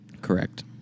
Correct